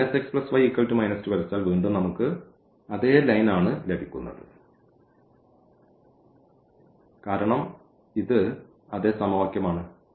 ഈ x y 2 വരച്ചാൽ വീണ്ടും നമുക്ക് അതേ ലൈൻ ആണ് ലഭിക്കുന്നത് കാരണം ഇത് അതേ സമവാക്യമാണ്